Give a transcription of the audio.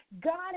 God